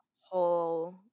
whole